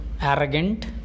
arrogant